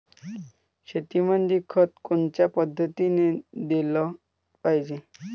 शेतीमंदी खत कोनच्या पद्धतीने देलं पाहिजे?